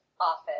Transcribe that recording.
office